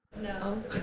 No